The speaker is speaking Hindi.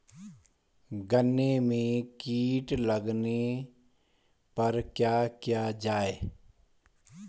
गन्ने में कीट लगने पर क्या किया जाये?